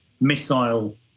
missile